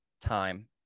time